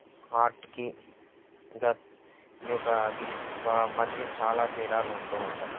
ఆర్ట్కి గ ఈ యొక్క డి బ మధ్య చాలా తేడాలు ఉంటూ ఉంటాయి